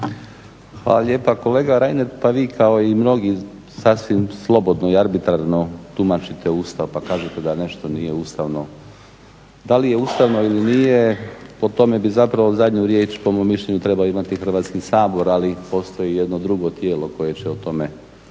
Hvala lijepa kolega Reiner, pa vi kao i mnogi sasvim slobodno i arbitrarno tumačite Ustav pa kažete da nešto nije ustavno. Da li je ustavno ili nije, po tome bi zapravo zadnju riječ po mom mišljenju trebao imati Hrvatski sabor ali postoji i jedno drugo tijelo koje će o tome